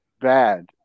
bad